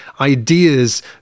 ideas